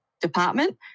department